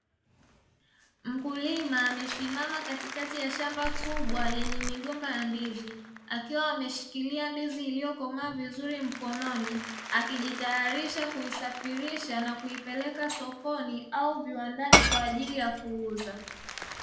Mkulima amesimama katikati ya shamba kubwa lenye migomba ya ndizi, akiwa ameshikilia ndizi iliyokomaa vizuri mkononi, akijitayarisha kuisafirisha na kuipeleka sokoni au viwandani kwa ajili ya kuuza.